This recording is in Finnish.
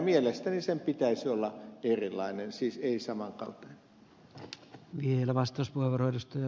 mielestäni sen pitäisi olla erilainen siis ei saman kaltainen